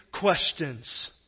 questions